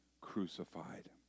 crucified